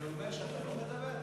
זה אומר שאתה לא מדבר?